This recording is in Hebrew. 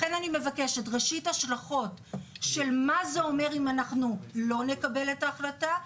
לכן אני מבקשת לדעת מהן ההשלכות אם אנחנו לא נקבל את ההחלטה.